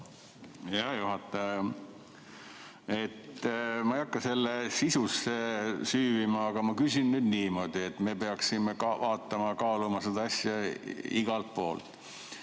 Hea juhataja! Ma ei hakka sisusse süüvima, aga ma küsin nüüd niimoodi. Me peaksime vaatama ja kaaluma seda asja igalt poolt.